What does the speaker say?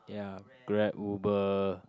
ya Grab Uber